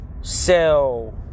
sell